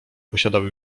posiadał